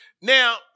Now